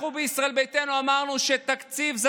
אנחנו בישראל ביתנו אמרנו שהתקציב זה